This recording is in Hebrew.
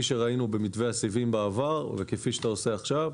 שראינו במתווה הסיבים בעבר וכפי שאתה עושה עכשיו,